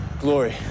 Glory